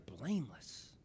blameless